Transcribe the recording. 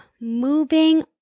moving